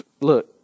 Look